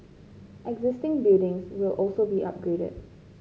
existing buildings will also be upgraded